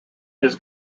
his